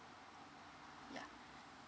ya